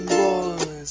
boys